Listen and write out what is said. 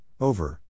over